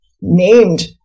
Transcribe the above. named